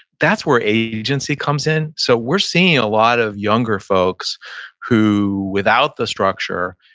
that's where agency comes in. so we're seeing a lot of younger folks who without the structure,